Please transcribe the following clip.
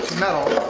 metal